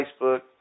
Facebook